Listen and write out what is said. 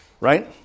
Right